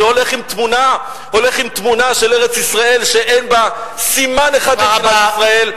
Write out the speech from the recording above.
שהולך עם תמונה של ארץ-ישראל שאין בה סימן אחד למדינת ישראל.